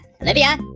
Olivia